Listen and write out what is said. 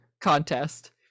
contest